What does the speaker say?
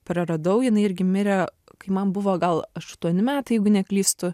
praradau jinai irgi mirė kai man buvo gal aštuoni metai jeigu neklystu